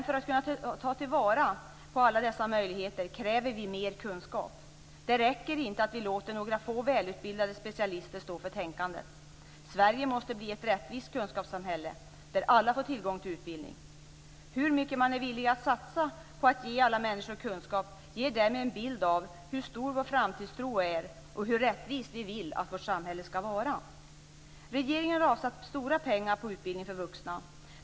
För att kunna ta till vara alla dessa möjligheter behöver vi mer kunskap. Det räcker inte att vi låter några få välutbildade specialister stå för tänkandet. Sverige måste bli ett rättvist kunskapssamhälle där alla får tillgång till utbildning. Hur mycket man är villig att satsa på att ge alla människor kunskap ger därmed en bild av hur stor vår framtidstro är och hur rättvist vi vill att vårt samhälle skall vara. Regeringen har avsatt stora pengar på utbildning för vuxna.